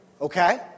Okay